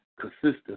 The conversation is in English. Consistency